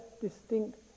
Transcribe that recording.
distinct